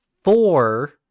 four